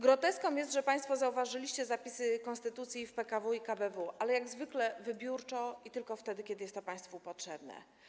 Groteską jest, że państwo zauważacie te zapisy konstytucji w PKW i KBW, ale jak zwykle wybiórczo, i tylko wtedy, kiedy jest to państwu potrzebne.